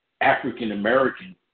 African-American